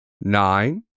Nine